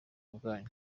bwanyu